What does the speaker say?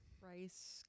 rice